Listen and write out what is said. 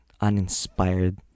uninspired